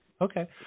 Okay